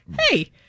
hey